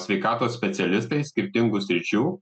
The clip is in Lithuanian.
sveikatos specialistai skirtingų sričių